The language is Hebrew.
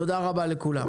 תודה רבה לכולם.